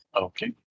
Okay